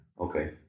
okay